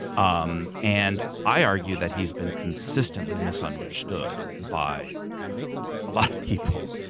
um and i argue that he's been consistently misunderstood by a lot of people.